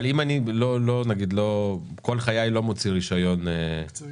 אבל אם כל חיי אני לא מוציא רישיון מקצועי